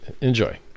enjoy